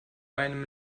einem